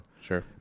Sure